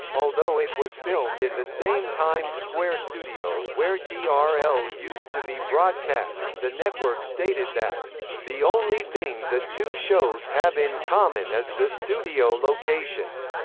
although it was filmed in the same times square studio where ah trl used to be broadcast the network stated that the only thing the two shows have in common is the studio location.